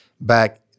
back